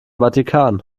vatikan